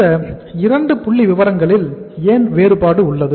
இந்த 2 புள்ளிவிவரங்களில் ஏன் வேறுபாடு உள்ளது